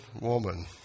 woman